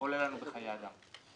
עולה לנו בחיי אדם.